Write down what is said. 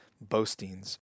boastings